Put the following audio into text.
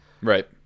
Right